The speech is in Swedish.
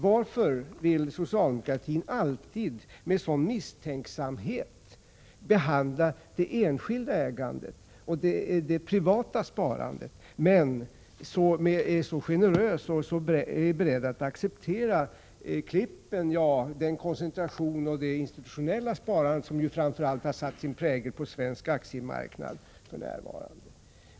Varför behandlar socialdemokraterna alltid det enskilda ägandet och det privata sparandet med sådan misstänksamhet men är så generösa och beredda att acceptera klippen samt den koncentration och det institutionella sparande som framför allt har satt sin prägel på svensk aktiemarknad under senare år.